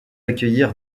accueillir